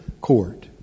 court